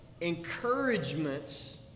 encouragements